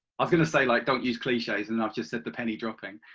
um going to say like don't use cliches and i have just said the penny dropping!